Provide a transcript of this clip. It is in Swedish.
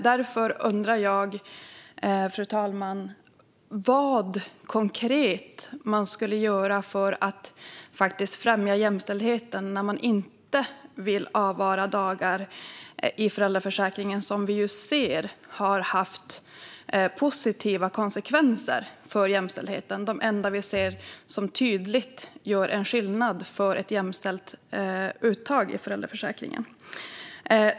Därför undrar jag vad man skulle göra konkret för att främja jämställdheten när man inte vill avvara dagar i föräldraförsäkringen som vi ju ser har haft positiva effekter för jämställdheten. Det här är det enda som vi tydligt ser gör skillnad för ett jämställt uttag i föräldraförsäkringen.